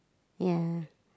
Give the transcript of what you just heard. ya